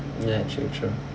ya true true